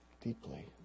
deeply